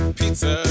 pizza